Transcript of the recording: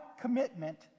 commitment